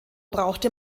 brauchte